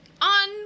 on